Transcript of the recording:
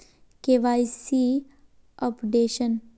KYC updation?